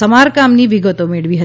સમારકામની વિગતો મેળવી હતી